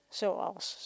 zoals